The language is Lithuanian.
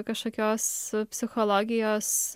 kažkokios psichologijos